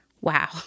Wow